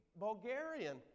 Bulgarian